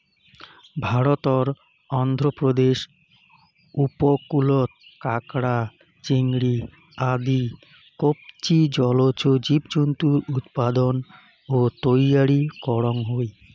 ভারতর অন্ধ্রপ্রদেশ উপকূলত কাকড়া, চিংড়ি আদি কবচী জলজ জীবজন্তুর উৎপাদন ও তৈয়ারী করন হই